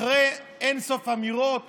אחרי אין סוף אמירות